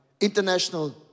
international